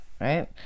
right